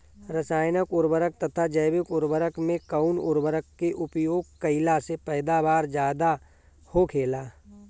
रसायनिक उर्वरक तथा जैविक उर्वरक में कउन उर्वरक के उपयोग कइला से पैदावार ज्यादा होखेला?